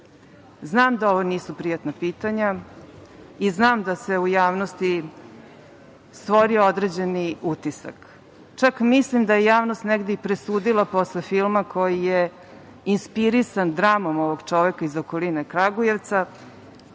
Znam da ovo nisu prijatna pitanja i znam da se u javnosti stvorio određeni utisak. Čak mislim da je javnost negde i presudila posle filma koji je inspirisan dramom ovog čoveka iz okoline Kragujevca